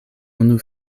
unu